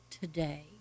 today